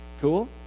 Cool